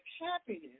happiness